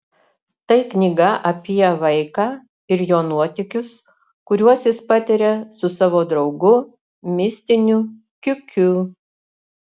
tai knyga apie vaiką ir jo nuotykius kuriuos jis patiria su savo draugu mistiniu kiukiu